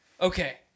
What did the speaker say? okay